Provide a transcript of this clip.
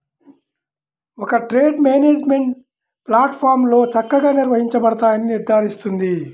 ఒక trade management ప్లాట్ఫారమ్లో చక్కగా నిర్వహించబడతాయని నిర్ధారిస్తుంది